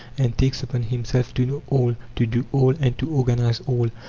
and takes upon himself to know all, to do all, and to organize all.